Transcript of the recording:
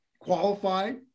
qualified